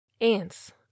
ants